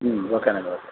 ఓకేనండి ఓకే